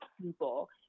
people